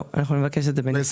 לא, אנחנו נבקש את זה בנפרד.